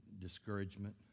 Discouragement